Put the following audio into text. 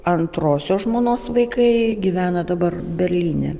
antrosios žmonos vaikai gyvena dabar berlyne